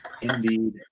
Indeed